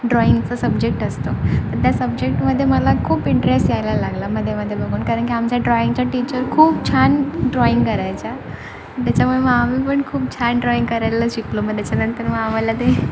ड्रॉइंगचा subject असतो आणि त्या सब्जेक्टमध्ये मला खूप इंटरेस्ट यायला लागला मध्ये मध्ये बघून कारण की आमच्या ड्रॉइंगच्या टीचर खूप छान ड्रॉइंग करायच्या त्याच्यामुळे मग आम्ही पण खूप छान ड्रॉइंग करायला शिकलो मग त्याच्यानंतर मग आम्हाला ते